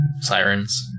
sirens